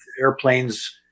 airplanes